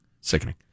sickening